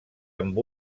amb